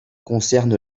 concerne